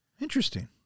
Interesting